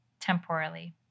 temporally